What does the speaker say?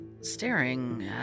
staring